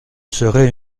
serait